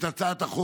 את הצעת החוק.